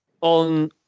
on